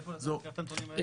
מאיפה אתה לוקח את הנתונים האלה?